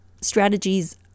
strategies